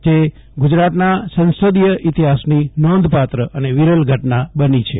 જે ગુજરાતના સંસદીય ઇતિહાસની નોંધપાત્ર અને વિરલ ઘટના બની છે